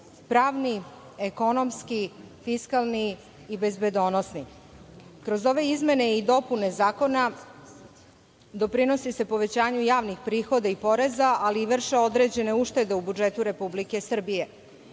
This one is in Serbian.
pravni, ekonomski, fiskalni i bezbednosni. Kroz ove izmene i dopune Zakona doprinosi se povećanju javnih prihoda i poreza, ali se i vrše određene uštede u budžetu Republike Srbije.